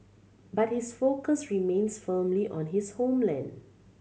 but his focus remains firmly on his homeland